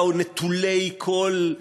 באו נטולי כל,